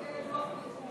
אני מחכה ללוח תיקון.